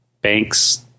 Banks